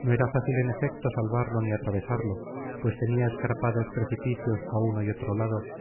no era fácil en efecto salvarlo ni atravesarlo pues tenía escarpados precipicios á uno y otro lado